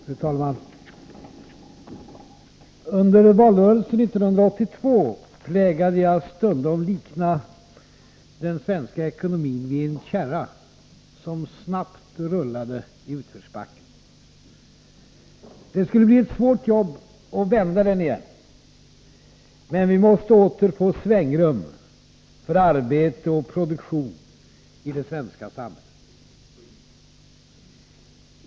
Fru talman! Under valrörelsen 1982 plägade jag stundom likna den svenska ekonomin vid en kärra som snabbt rullade i utförsbacken. Det skulle bli ett svårt jobb att vända den igen. Men vi måste åter få svängrum för arbete och produktion i det svenska samhället.